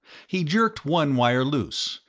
he jerked one wire loose,